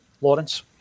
Lawrence